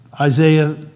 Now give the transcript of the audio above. Isaiah